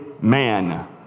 man